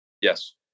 Yes